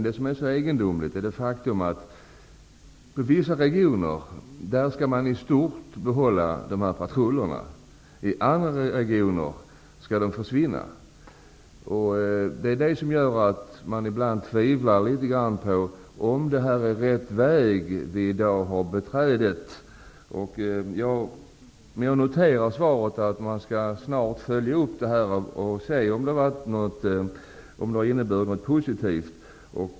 Det som är så egendomligt är det faktum att man i vissa regioner i stort skall behålla de här patrullerna. I andra regioner skall de försvinna. Det är det som gör att man ibland tvivlar litet på om det är rätt väg vi i dag har beträtt. Jag noterar av svaret att man snart skall följa upp detta och se om det har inneburit något positivt.